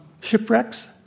shipwrecks